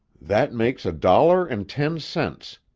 that makes a dollar and ten cents!